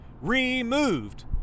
removed